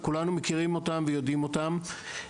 וכולנו מכירים אותם ויודעים אותם,